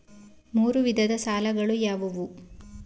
ಮೂರು ವಿಧದ ಸಾಲಗಳು ಯಾವುವು?